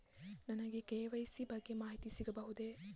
ನನಗೆ ಕೆ.ವೈ.ಸಿ ಬಗ್ಗೆ ಮಾಹಿತಿ ಸಿಗಬಹುದೇ?